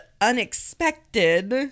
unexpected